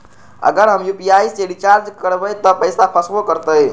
अगर हम यू.पी.आई से रिचार्ज करबै त पैसा फसबो करतई?